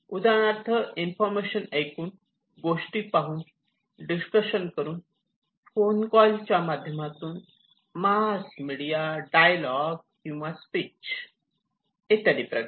उदाहरणार्थ इन्फॉर्मेशन ऐकून गोष्टी पाहून डिस्कशन करून फोन कॉल च्या माध्यमातून मास मिडीया डायलॉग किंवा स्पीच इत्यादी प्रकारे